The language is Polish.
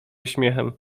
śmiechem